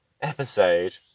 episode